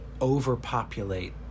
overpopulate